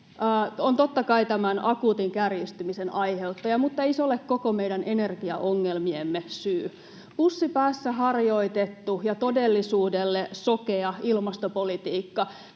on totta kai tämän akuutin kärjistymisen aiheuttaja, mutta ei se ole meidän energiaongelmiemme koko syy. Pussi päässä harjoitettu ja todellisuudelle sokea ilmastopolitiikka,